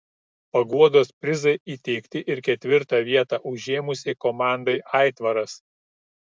paguodos prizai įteikti ir ketvirtą vietą užėmusiai komandai aitvaras